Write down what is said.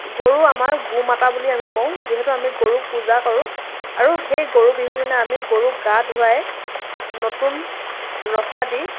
গৰু আমাৰ গো মাতা বুলি আমি কওঁ যিহেতু আমি গৰুক পূজা কৰোঁ আৰু সেই গৰু বিহুদিনা আমি গৰু গা ধুৱাই নতুন ৰচা দি